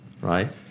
right